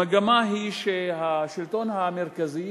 המגמה היא שהשלטון המרכזי,